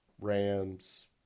rams